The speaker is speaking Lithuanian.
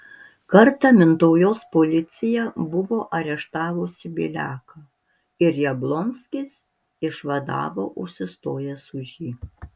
kartą mintaujos policija buvo areštavusi bieliaką ir jablonskis išvadavo užsistojęs už jį